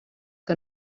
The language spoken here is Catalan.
que